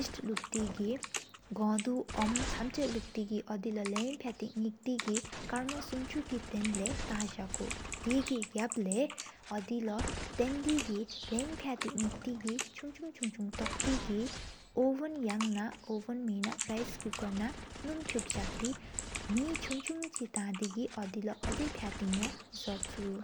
ཡས་ལུག་ཏེ་གོད་དུ་ཨོམ་ཐན་ཆ་ལུག་ཏེ་གི། ཨོ་དེ་ལོ་ལམ་ཕ་ཡ་ཏེ་ནེཀ་ཏེ་གི། ཀརྨོ་སུམ་ཆུ་གི་ཐེན་ལེ་ཐང་ཟ་ཀོ། དེ་གི་དགབ་ལེ་ཨོ་དེ་ལོ་སྟེན་དེ་གི་ལམ་ཕ་ཡ་ཏེ། ཉེཀ་ཏེ་གི་ཆུང་ཆུང་ཇོ་སྟེ་ཀི་ཨོ་བེན་ཡང་ན། རི་ཀེ་སྐུཀོར་ན་ནུམ་ཕུཀ་ཏེ་ཟག་ཏེ། མེ་ཆུང་ཆུང་ཕྱི་ཐང་དེ། ཨོ་དེ་ལོ་ཨོ་དེ་ཕ་ཡ་ཏེ་ཡང་ཟོ་ཕྱུར།